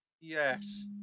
Yes